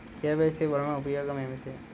KYC వలన ఉపయోగం ఏమిటీ?